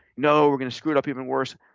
no, we're gonna screw it up even worse.